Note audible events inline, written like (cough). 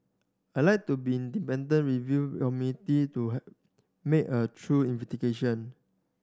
I like to be independent review committee to (unintelligible) make a through (unintelligible)